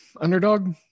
underdog